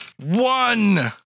One